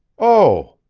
oh!